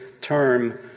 term